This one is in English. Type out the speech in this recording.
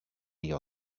your